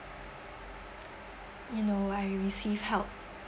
you know I receive help